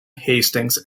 hastings